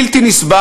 זה בלתי נסבל,